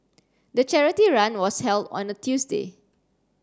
the charity run was held on a Tuesday